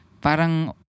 parang